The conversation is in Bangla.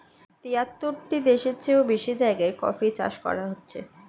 তিয়াত্তরটি দেশের চেও বেশি জায়গায় কফি চাষ করা হচ্ছে